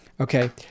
Okay